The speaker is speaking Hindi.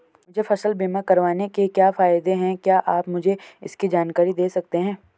मुझे फसल बीमा करवाने के क्या फायदे हैं क्या आप मुझे इसकी जानकारी दें सकते हैं?